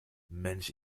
mensch